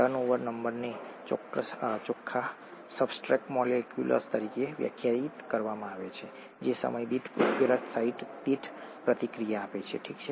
turnover નંબરને ચોખ્ખા substrate molecules તરીકે વ્યાખ્યાયિત કરવામાં આવે છે જે સમય દીઠ ઉત્પ્રેરક સાઇટ દીઠ પ્રતિક્રિયા આપે છે ઠીક છે